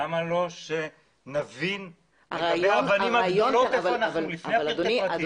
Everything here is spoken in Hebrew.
למה שלא נבין איפה האבנים הגדולות לפני הירידה לפרטים?